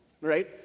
Right